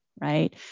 right